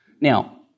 Now